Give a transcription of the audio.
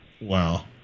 Wow